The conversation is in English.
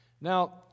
Now